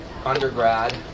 undergrad